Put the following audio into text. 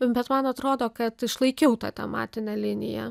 bet man atrodo kad išlaikiau tą tematinę liniją